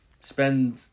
spend